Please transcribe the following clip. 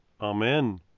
Amen